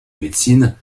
médecine